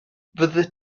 fyddet